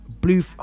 blue